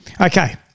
Okay